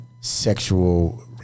sexual